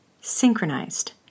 synchronized